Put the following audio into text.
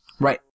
Right